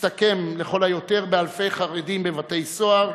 תסתכם לכל היותר באלפי חרדים בבתי-סוהר,